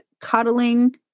cuddling